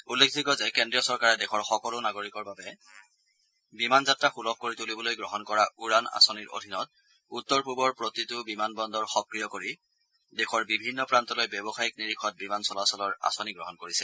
উল্লেখযোগ্য যে কেন্দ্ৰীয় চৰকাৰে দেশৰ সকলো নাগৰিকৰ বাবে বিমান যাত্ৰা সুলভ কৰি তুলিবলৈ গ্ৰহণ কৰা উড়ান আঁচনিৰ অধীনত উত্তৰ পূবৰ প্ৰতিটো বিমানবন্দৰ সক্ৰিয় কৰি দেশৰ বিভিন্ন প্ৰান্তলৈ ব্যৱসায়িক নিৰীখত বিমান চলাচলৰ আঁচনি গ্ৰহণ কৰিছে